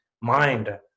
mind